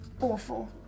awful